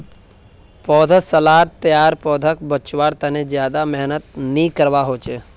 पौधसालात तैयार पौधाक बच्वार तने ज्यादा मेहनत नि करवा होचे